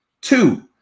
Two